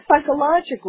psychologically